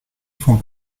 font